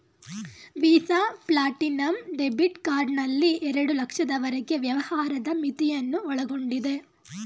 visa platinum debit card ನಲ್ಲಿ ಎರಡು ಲಕ್ಷದವರೆಗೆ ವ್ಯವಹಾರದ ಮಿತಿಯನ್ನು ಒಳಗೊಂಡಿದೆ